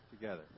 together